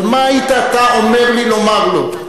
אבל מה היית אתה אומר לי לומר לו?